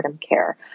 care